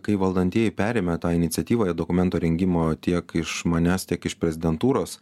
kai valdantieji perėmė tą iniciatyvą į dokumento rengimo tiek iš manęs tiek iš prezidentūros